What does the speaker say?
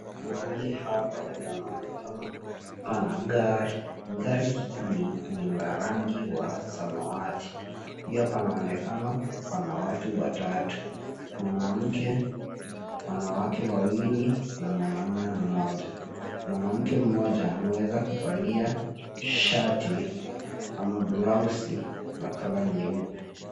Mahali hapa panaonekana pana gari. Gari hili ni la rangi wa samawati. Pia panaonekana pana watu watatu, wanawake wawili, na mwanaume mmoja. Mwanamke mmoja ameweza kuvalia shati ama blausi la kala nyeupe.